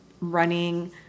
running